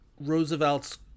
Roosevelt's